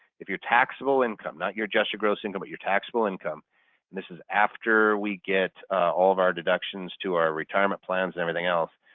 if your taxable income not your adjusted gross income but your taxable income and this is after we get all of our deductions to our retirement plans everything else.